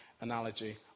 analogy